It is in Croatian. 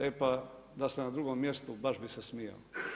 E pa, da ste na drugom mjestu baš bih se smijao.